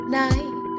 night